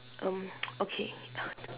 um okay